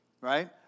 right